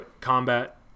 combat